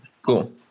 Cool